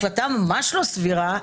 החלטה ממש לא סבירה,